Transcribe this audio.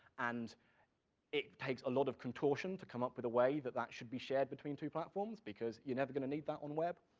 and it takes a lot of contortion to come up with a way that that should be shared between two platforms, because you're never gonna need that on web,